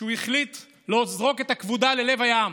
והוא החליט לזרוק את הכבודה ללב הים.